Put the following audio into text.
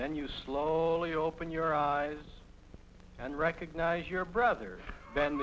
then you slowly open your eyes and recognize your brother then